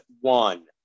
one